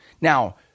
Now